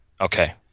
Okay